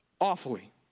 awfully